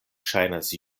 ŝajnas